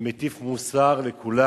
מטיף מוסר לכולם.